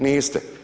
Niste!